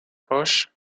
proches